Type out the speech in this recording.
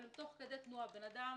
אבל תוך כדי תנועה אדם